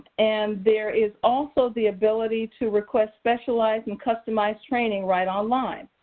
and there is also the ability to request specialized and customized training right online.